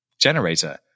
generator